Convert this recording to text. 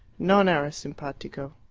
non era simpatico.